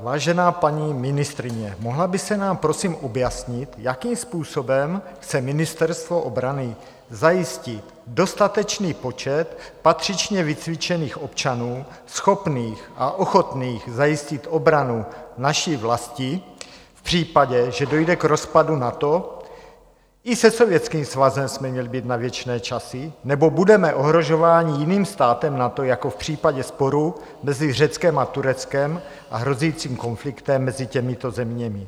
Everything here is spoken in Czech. Vážená paní ministryně, mohla byste nám prosím objasnit, jakým způsobem chce Ministerstvo obrany zajistit dostatečný počet patřičně vycvičených občanů, schopných a ochotných zajistit obranu naší vlasti v případě, že dojde k rozpadu NATO i se Sovětským svazem jsme měli být na věčné časy nebo budeme ohrožováni jiným státem NATO jako v případě sporu mezi Řeckem a Tureckem a hrozícím konfliktem mezi těmito zeměmi?